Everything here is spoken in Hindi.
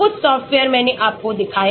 कुछ सॉफ्टवेअर मैंने आपको दिखाए